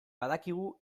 badakigu